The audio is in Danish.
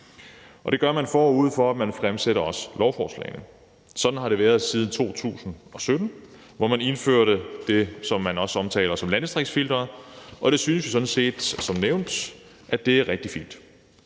og det gør man, forud for at man fremsætter lovforslagene. Sådan har det været siden 2017, hvor man indførte det, som man også omtaler som landdistriktsfilteret, og det synes vi sådan set som nævnt er rigtig fint.